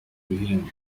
ibihembo